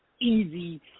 easy